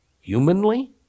humanly